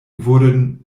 wurden